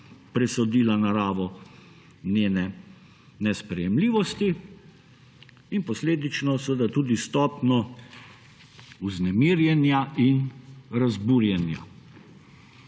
presodila naravo njene nesprejemljivosti in posledično seveda tudi stopnjo vznemirjenja in razburjenja.